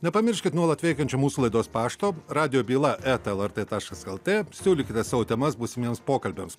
nepamirškit nuolat veikiančio mūsų laidos pašto radijo byla eta lrt taškas lt siūlykite savo temas būsimiems pokalbiams